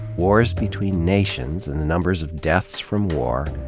wars between nations, and the numbers of deaths from war,